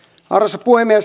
arvoisa puhemies